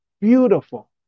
Beautiful